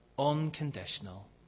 unconditional